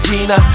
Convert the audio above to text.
Gina